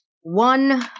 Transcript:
one